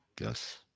Yes